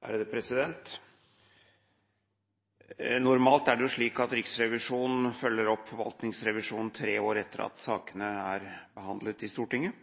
nr. 2. Normalt er det slik at Riksrevisjonen følger opp forvaltningsrevisjonen tre år etter at sakene er behandlet i Stortinget.